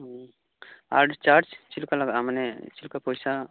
ᱟᱨ charge ᱪᱮᱫ ᱞᱮᱠᱟ ᱞᱟᱜᱟᱜᱼᱟ ᱢᱟᱱᱮ ᱪᱮᱫ ᱞᱮᱠᱟ ᱯᱚᱭᱥᱟ